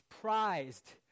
prized